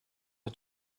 are